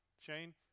Shane